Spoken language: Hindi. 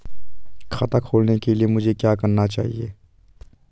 खाता खोलने के लिए मुझे क्या क्या चाहिए?